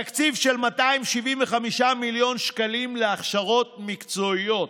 תקציב של 275 מיליון שקלים להכשרות מקצועיות,